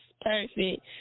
perfect